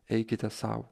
eikite sau